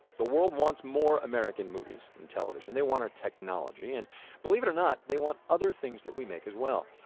the world wants more american movies and television. they want our technology and believe it or not they want other things that we make as well.